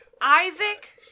Isaac